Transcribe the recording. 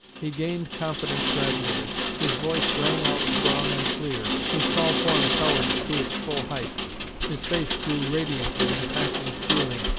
he gained confidence gradually his voice rang out strong and clear his tall form towered to its full height his face grew radiant with impassioned feeling,